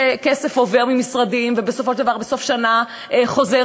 שכסף עובר ממשרדים ובסופו של דבר בסוף שנה חוזר,